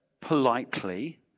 politely